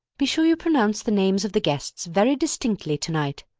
be sure you pronounce the names of the guests very distinctly to-night.